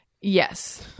Yes